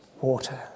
water